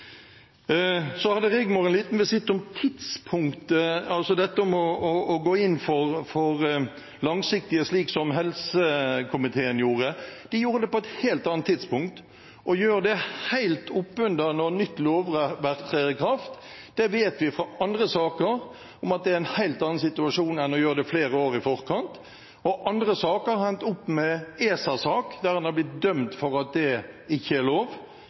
Så hadde Rigmor en liten visitt om tidspunktet, altså dette om å gå inn for langsiktighet, slik som helsekomiteen gjorde. Den gjorde det på et helt annet tidspunkt. Å gjøre det helt oppunder at nytt lovverk trer i kraft, vet vi fra andre saker er en helt annen situasjon enn å gjøre det flere år i forkant. Andre saker har endt opp med ESA-sak der en har blitt dømt for at det ikke er lov.